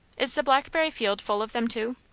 is the blackberry field full of them too?